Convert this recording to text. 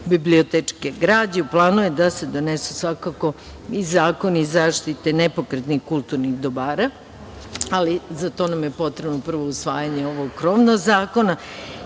biobliotečke građe, u planu je da se donesu, svakako i zakoni zaštite nepokretnih kulturnih dobara, ali za to nam je potrebno, prvo usvajanje ovog krovnog zakona